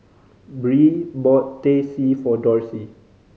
Bree bought Teh C for Dorsey